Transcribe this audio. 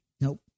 Nope